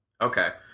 Okay